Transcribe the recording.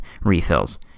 refills